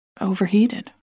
overheated